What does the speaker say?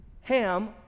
Ham